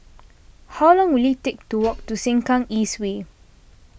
how long will it take to walk to Sengkang East Way